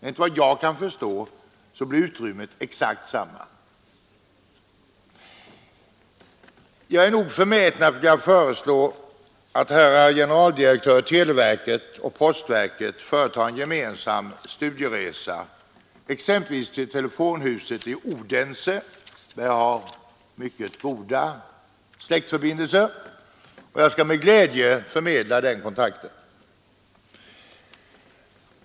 Efter vad jag kan förstå blir utrymmet exakt detsamma. Jag är nog förmäten att föreslå att herrar generaldirektörer i televerket och postverket företar en gemensam studieresa, exempelvis till telefonhuset i Odense, där jag har mycket goda släktförbindelser. Jag skall med glädje förmedla den kontakten.